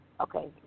Okay